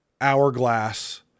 Hourglass